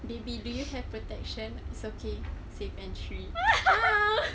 B B do you have protection it's okay safe entry